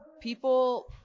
People –